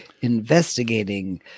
investigating